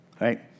right